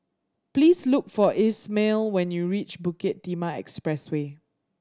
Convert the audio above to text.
please look for Ishmael when you reach Bukit Timah Expressway